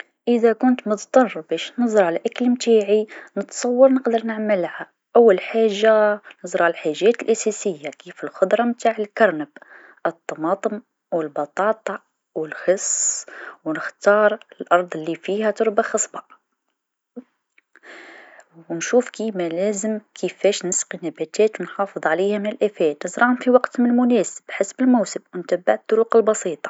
إذا كنت مضطر باش نزرع الأكل نتاعي نتصور نقدر نعملها، أول حاجة نزرع الحاجات الأساسية كيف الخضره نتاع الكرنب الطماطم و البطاطا و الخس، و نختار الأرض الي فيها تربه خصبه و نشوف كيما لازم كيفاش نسقي النباتات و نحافظ عليها من الآفات، تزرعهم في وقتهم المناسب حسب الموسم، نتبع الطرق البسيطه.